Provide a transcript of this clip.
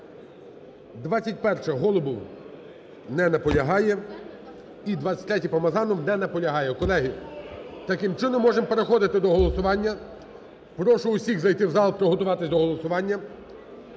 21-а, Голубов. Не наполягає. І 23-я, Помазанов. Не наполягає. Колеги, таким чином, можемо переходити до голосування. Прошу всіх зайти в зал, приготуватись до голосування.